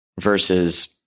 versus